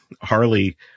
Harley